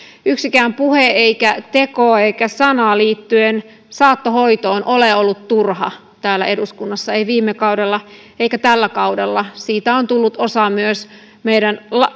yksikään puhe eikä teko eikä sana liittyen saattohoitoon ole ollut turha täällä eduskunnassa ei viime kaudella eikä tällä kaudella siitä on tullut osa myös meidän